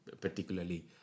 particularly